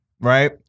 right